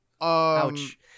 Ouch